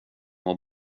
att